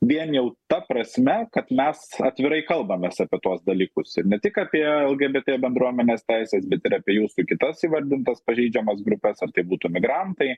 vien jau ta prasme kad mes atvirai kalbamės apie tuos dalykus ir ne tik apie lgbt bendruomenės teises bet ir apie jūsų kitas įvardintas pažeidžiamas grupes ar tai būtų migrantai